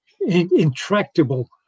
intractable